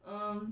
um